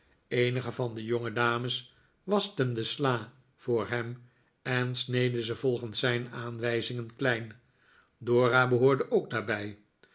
eenige van de jongedames waschten de sla voor hem en sneden ze volgens zijn aanwijzingen'klein dora behoorde ook daarbij